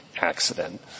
accident